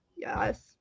Yes